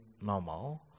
normal